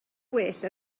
gwell